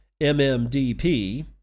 MMDP